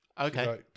Okay